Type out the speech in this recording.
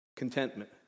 Contentment